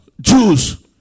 Jews